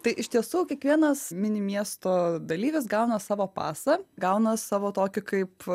tai iš tiesų kiekvienas mini miesto dalyvis gauna savo pasą gauna savo tokį kaip